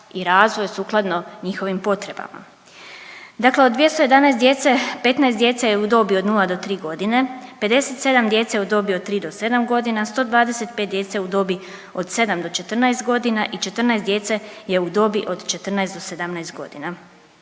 i razvoj sukladno njihovim potrebama. Dakle od 211 djece 15 djece je u dobi od nula do tri godine, 57 djece u dobi od tri do sedam godina, 125 djece od sedam do četrnaest godina i 14 djece je u dobi od 14 do 17 godina.